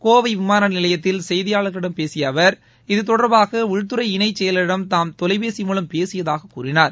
கோவை விமான நிலையத்தில் செய்தியாளர்களிடம் பேசிய அவர் இது தொடர்பாக உள்துறை இணைச் செயலரிடம் தாம் தொலைபேசி மூலம் பேசியதாகக் கூறினார்